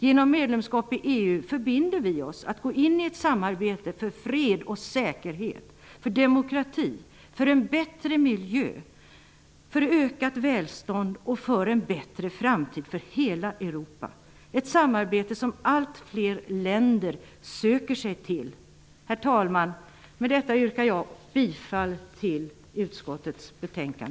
Genom medlemskap i EU förbinder vi oss att gå in i ett samarbete för fred och säkerhet, för demokrati, för en bättre miljö, för ökat välstånd och för en bättre framtid för hela Europa -- ett samarbete som allt fler länder söker sig till. Herr talman! Med detta yrkar jag bifall till utskottets hemställan.